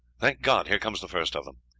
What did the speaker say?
thank god, here comes the first of them!